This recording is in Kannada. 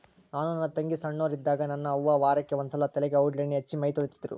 ನಾನು ನನ್ನ ತಂಗಿ ಸೊಣ್ಣೋರಿದ್ದಾಗ ನನ್ನ ಅವ್ವ ವಾರಕ್ಕೆ ಒಂದ್ಸಲ ತಲೆಗೆ ಔಡ್ಲಣ್ಣೆ ಹಚ್ಚಿ ಮೈತೊಳಿತಿದ್ರು